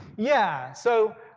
yeah. so